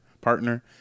partner